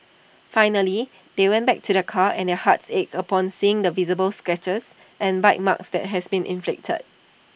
finally they went back to their car and their hearts ached upon seeing the visible scratches and bite marks that had been inflicted